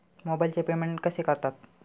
मोबाइलचे पेमेंट कसे करतात?